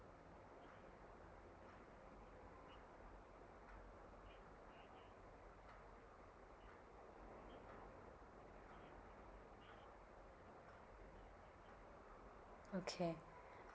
okay